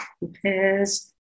repairs